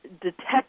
detect